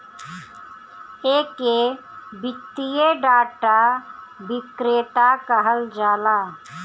एके वित्तीय डाटा विक्रेता कहल जाला